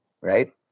right